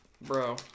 bro